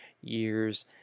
years